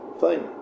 Fine